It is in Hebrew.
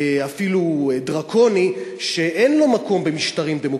אפילו דרקוני, שאין לו מקום במשטרים דמוקרטיים.